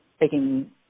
taking